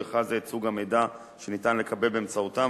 ובכלל זה את סוג המידע שניתן לקבל באמצעותם,